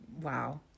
Wow